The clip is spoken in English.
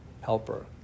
helper